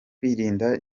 kwirinda